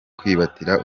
kwitabira